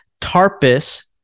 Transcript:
Tarpus